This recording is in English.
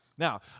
Now